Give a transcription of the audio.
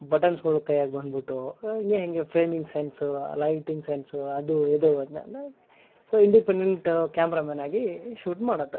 ಬಟನ್ಸ್ಗಳು ಕೈಯಾಗೆ ಬಂದ್ಬಿಟ್ಟೋ ಹೀಗೆ ಹೀಗೆ ಫ್ರೇಮಿಂಗ್ ಸೆನ್ಸು ಲೈಟಿಂಗ್ ಸೆನ್ಸು ಅದು ಇದು ಅದನ್ನೆಲ್ಲ ಸೊ ಇಂಡಿಪೆಂಡೆಂಟ್ ಕ್ಯಾಮ್ರಮನ್ನಾಗಿ ಶೂಟ್ ಮಾಡಿದೆ